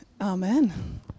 Amen